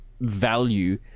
value